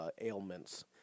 ailments